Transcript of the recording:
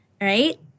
right